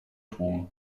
tłum